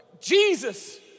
Jesus